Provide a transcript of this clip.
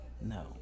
No